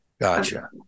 Gotcha